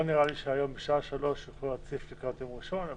לא נראה לי שהיום בשעה 15:00 יוכלו כבר להציף את זה לקראת יום ראשון.